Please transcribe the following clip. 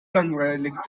langweilig